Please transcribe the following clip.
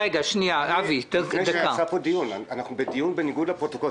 אנחנו בדיון בניגוד לפרוטוקול.